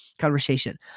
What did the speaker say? conversation